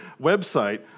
website